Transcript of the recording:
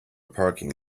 parking